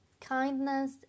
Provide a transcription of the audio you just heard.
kindness